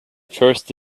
first